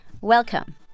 Welcome